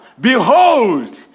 Behold